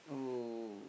oh